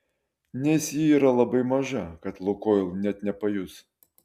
nes ji yra labai maža kad lukoil net nepajus